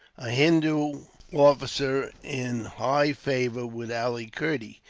a hindoo officer in high favour with ali kerdy.